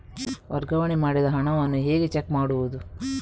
ವರ್ಗಾವಣೆ ಮಾಡಿದ ಹಣವನ್ನು ಹೇಗೆ ಚೆಕ್ ಮಾಡುವುದು?